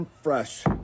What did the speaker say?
Fresh